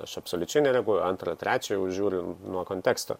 aš absoliučiai nereaguoju antrą trečią jau žiūriu nuo konteksto